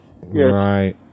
Right